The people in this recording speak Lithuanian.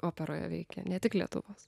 operoje veikia ne tik lietuvos